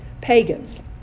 pagans